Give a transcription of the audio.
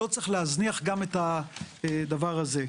לא צריך להזניח גם את הדבר הזה.